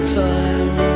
time